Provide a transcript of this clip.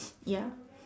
ya